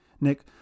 Nick